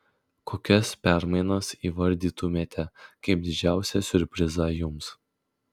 kokias permainas įvardytumėte kaip didžiausią siurprizą jums